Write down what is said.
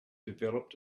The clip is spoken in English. developed